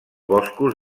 boscos